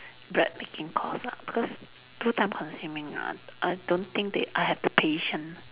bread making course lah because too time consuming ah I don't think they I have the patience